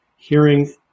hearing